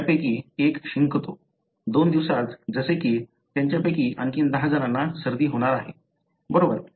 त्यापैकी एक शिंकतो दोन दिवसात जसे की त्यांच्यापैकी आणखी 10 जणांना सर्दी होणार आहे बरोबर